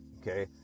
okay